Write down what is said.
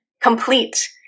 complete